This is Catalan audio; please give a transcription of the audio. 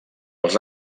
als